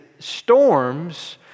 Storms